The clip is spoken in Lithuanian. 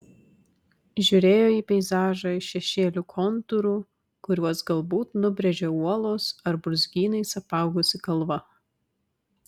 žiūrėjo į peizažą iš šešėlių kontūrų kuriuos galbūt nubrėžė uolos ar brūzgynais apaugusi kalva